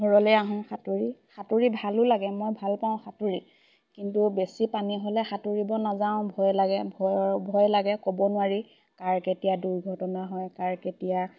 ঘৰলে আহোঁ সাঁতুৰি সাঁতুৰি ভালো লাগে মই ভাল পাওঁ সাঁতুৰি কিন্তু বেছি পানী হ'লে সাঁতুৰিব নাযাওঁ ভয় লাগে ভয়ৰ ভয় লাগে ক'ব নোৱাৰি কাৰ কেতিয়া দুৰ্ঘটনা হয় কাৰ কেতিয়া